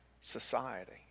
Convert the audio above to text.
society